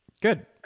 good